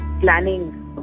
planning